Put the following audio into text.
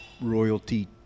royalty